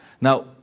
Now